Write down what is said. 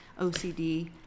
OCD